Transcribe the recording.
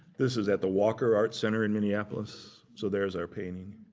this is at the walker art center in minneapolis. so there's our painting.